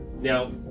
Now